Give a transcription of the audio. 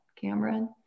Cameron